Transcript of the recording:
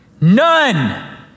None